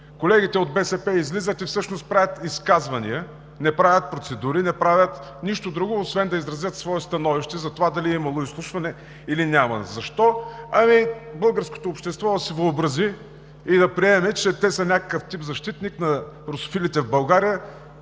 Колегите от БСП излизат и всъщност правят изказвания, не правят процедури, не правят нищо друго, освен да изразят свое становище за това дали е имало изслушване или не. Защо? Българското общество да си въобрази и да приеме, че те са някакъв тип защитник на русофилите в България